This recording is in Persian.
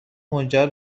منجر